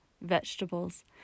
vegetables